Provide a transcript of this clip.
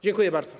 Dziękuję bardzo.